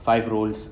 five rolls